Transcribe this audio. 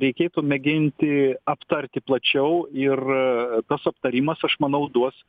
reikėtų mėginti aptarti plačiau ir tas aptarimas aš manau duos